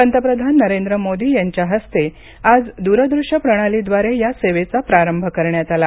पंतप्रधान नरेंद्र मोदी यांच्या हस्ते आज दूरदृश्य प्रणालीद्वारे या सेवेचा प्रारंभ करण्यात आला